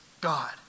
God